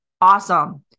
awesome